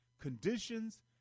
conditions